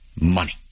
money